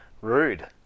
RUDE